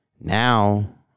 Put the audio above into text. now